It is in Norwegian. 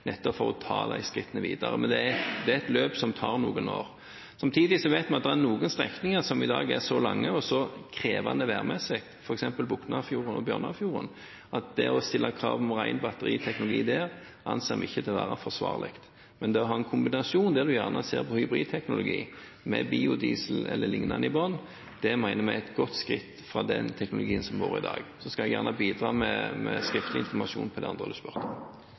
nettopp for å ta de skrittene videre. Men det er et løp som tar noen år. Samtidig vet vi at det er noen strekninger som i dag er så lange og så krevende værmessig, f.eks. Boknafjorden og Bjørnafjorden, at det å stille krav om ren batteriteknologi der anser vi ikke å være forsvarlig. Men det å ha en kombinasjon der en gjerne ser på hybridteknologi med biodiesel e.l. i bunnen, mener vi er et godt skritt fra den teknologien som rår i dag. Så skal jeg gjerne bidra med skriftlig informasjon om det